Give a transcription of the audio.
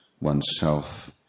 oneself